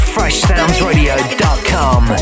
FreshSoundsRadio.com